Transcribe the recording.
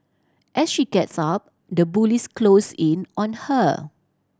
as she gets up the bullies close in on her